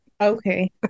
okay